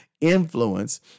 influence